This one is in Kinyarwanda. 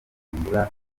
byahindura